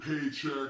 paycheck